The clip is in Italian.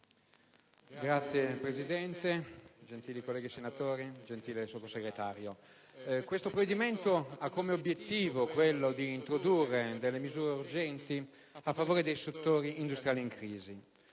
Signor Presidente, gentili colleghi senatori, onorevole Sottosegretario, questo provvedimento ha come obiettivo quello di introdurre delle misure urgenti a favore dei settori industriali in crisi.